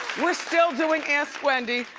we're still doing ask wendy.